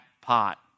pot